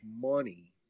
money